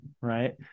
Right